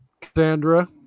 Cassandra